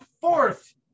fourth